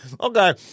okay